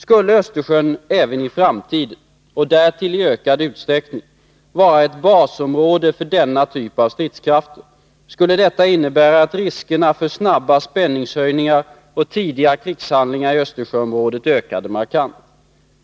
Skulle Östersjön även i framtiden — och därtill i ökad utsträckning — vara ett basområde för denna typ av stridskrafter, skulle detta innebära att riskerna för snabba spänningshöjningar och tidiga krigshandlingar i Östersjöområdet ökade markant.